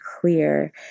clear